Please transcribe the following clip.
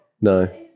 no